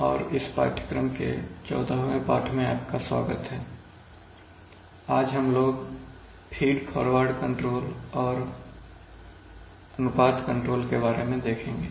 शुभ दोपहर और इस पाठ्यक्रम के 14वें पाठ मैं आपका स्वागत है आज हम लोग फीड फॉरवर्ड कंट्रोल और अनुपात कंट्रोल के बारे में देखेंगे